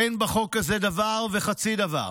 אין בחוק הזה דבר וחצי דבר.